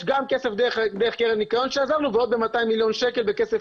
יש גם כסף דרך הניקיון ועוד 200 מיליון שקלים בכסף